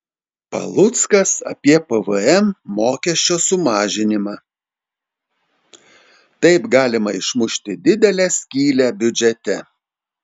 paluckas apie pvm mokesčio sumažinimą taip galima išmušti didelę skylę biudžete